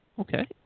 Okay